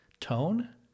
tone